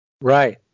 right